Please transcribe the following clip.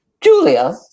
Julia